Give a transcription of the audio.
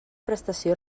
prestació